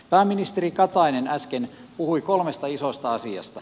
pääministeri katainen äsken puhui kolmesta isosta asiasta